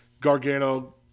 Gargano